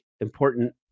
important